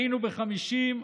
היינו ב-50,